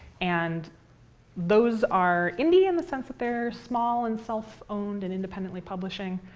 and those are indie in the sense that they're small and self-owned and independently publishing,